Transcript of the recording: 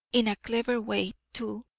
in a clever way, too,